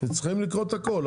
אנחנו צריכים לקרוא את הכל.